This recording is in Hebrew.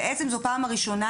בעצם זאת הפעם הראשונה,